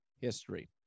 history